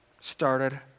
started